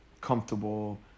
comfortable